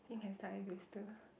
I think can start with these two